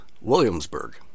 Williamsburg